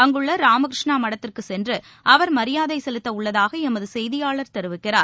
அங்குள்ள ராமகிருஷ்ண மடத்திற்கு சென்று அவர் மரியாதை செலுத்த உள்ளதாக எமது செய்தியாளர் தெரிவிக்கிறார்